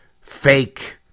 fake